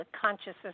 consciousness